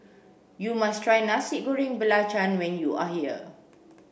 you must try Nasi Goreng Belacan when you are here